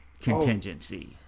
contingency